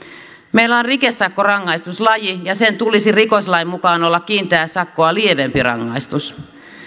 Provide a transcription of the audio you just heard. meillä on rikesakkorangaistuslaji ja sen tulisi rikoslain mukaan olla kiinteää sakkoa lievempi rangaistus